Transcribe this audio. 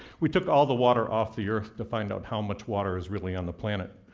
we took all the water off the earth to find out how much water is really on the planet.